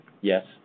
Yes